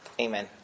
Amen